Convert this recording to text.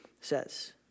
says